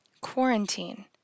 Quarantine